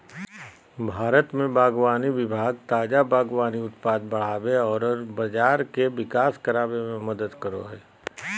भारत में बागवानी विभाग ताजा बागवानी उत्पाद बढ़ाबे औरर बाजार के विकास कराबे में मदद करो हइ